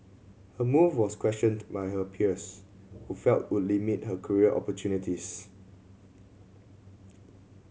her move was questioned by her peers who felt would limit her career opportunities